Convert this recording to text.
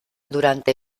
durante